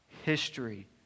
history